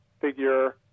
figure